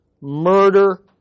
murder